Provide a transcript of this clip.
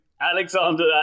Alexander